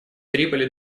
триполи